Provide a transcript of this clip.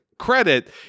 credit